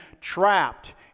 trapped